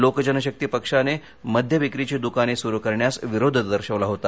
लोकजनशक्ती पक्षाने मद्य विक्रीची दुकाने सुरू करण्यास विरोध दर्शवला होता